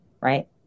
right